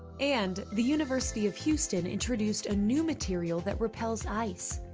and, the university of houston introduced a new material that repels ice.